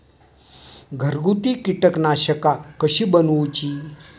घरगुती कीटकनाशका कशी बनवूची?